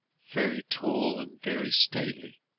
very tall and very stately,